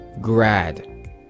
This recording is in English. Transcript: grad